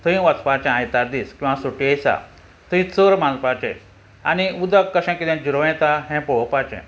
थंय वचपाचें आयतार दीस किंवां सुटये दिसा थंय चर मारपाचे आनी उदक कशें कितें जिरो येता हें पळोवपाचें